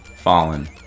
fallen